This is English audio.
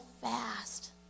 fast